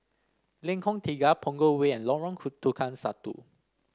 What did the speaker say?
Lengkong Tiga Punggol Way and Lorong Tukang Satu